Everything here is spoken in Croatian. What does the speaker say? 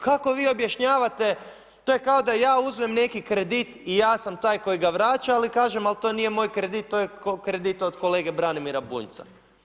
Kako vi objašnjavate, to je kao da ja uzmem neki kredit i ja sam taj koji ga vraća, ali kažem, ali to nije moj kredit, to je kredit od kolege Branimira Bunjca.